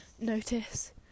notice